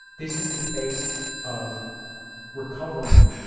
this is the face of recovering